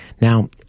Now